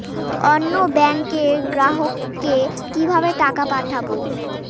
অন্য ব্যাংকের গ্রাহককে কিভাবে টাকা পাঠাবো?